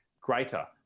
greater